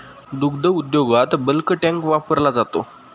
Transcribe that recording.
दुग्ध उद्योगात bulk tank वापरला जातो